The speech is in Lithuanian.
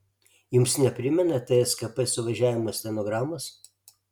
jums neprimena tskp suvažiavimo stenogramos